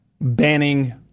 banning